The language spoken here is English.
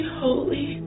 holy